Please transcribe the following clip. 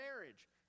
marriage